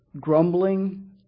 Grumbling